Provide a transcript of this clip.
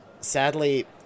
Sadly